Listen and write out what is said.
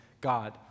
God